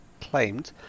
claimed